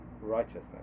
righteousness